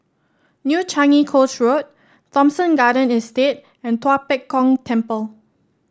New Changi Coast Road Thomson Garden Estate and Tua Pek Kong Temple